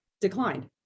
declined